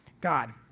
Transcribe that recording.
God